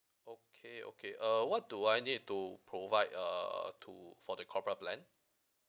okay okay uh what do I need to provide uh to for the corporate plan